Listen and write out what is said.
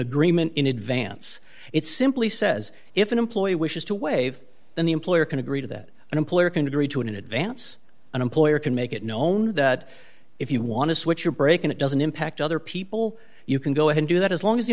agreement in advance it simply says if an employee wishes to waive then the employer can agree to that an employer can agree to it in advance an employer can make it known that if you want to switch your break in it doesn't impact other people you can go and do that as long as the